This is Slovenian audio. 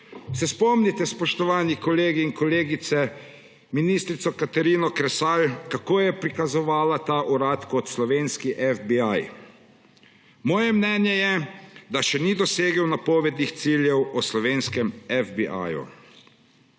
Se spomnite, spoštovani kolegi in kolegice, ministrice Katarine Kresal, kako je prikazovala ta urad kot slovenski FBI? Moje mnenje je, da še ni dosegel napovedanih ciljev o slovenskem FBI.